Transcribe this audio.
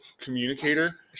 communicator